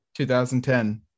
2010